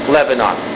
Lebanon